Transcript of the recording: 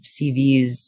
CVs